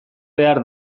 behar